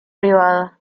privada